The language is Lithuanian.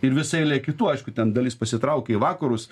ir visa eilė kitų aišku ten dalis pasitraukė į vakarus